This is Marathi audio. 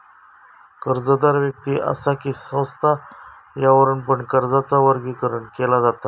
कर्जदार व्यक्ति असा कि संस्था यावरुन पण कर्जाचा वर्गीकरण केला जाता